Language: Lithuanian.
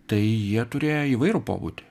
tai jie turėjo įvairų pobūdį